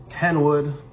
Kenwood